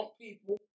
people